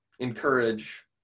encourage